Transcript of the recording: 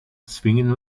zwingen